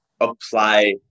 apply